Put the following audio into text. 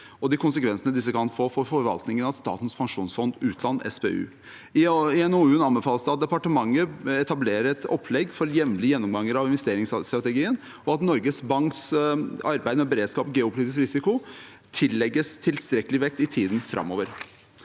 og de konsekvensene disse kan få for forvaltningen av SPU. I NOU-en anbefales det at departementet etablerer et opplegg for jevnlige gjennomganger av investeringsstrategien, og at Norges Banks arbeid med beredskap og geopolitisk risiko tillegges tilstrekkelig vekt i tiden framover.